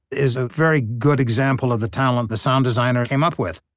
is a very good example of the talent the sound designer came up with